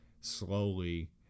slowly